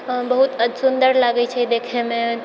बहुत सुन्दर लागै छै देखैमे